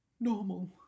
normal